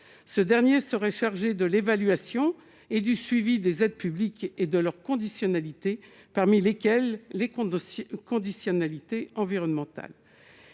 ce dernier serait chargée de l'évaluation et du suivi des aides publiques et de leur conditionnalité, parmi lesquels les comptes dossier conditionnalité environnementale,